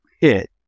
hit